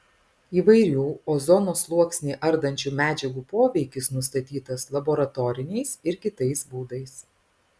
įvairių ozono sluoksnį ardančių medžiagų poveikis nustatytas laboratoriniais ir kitais būdais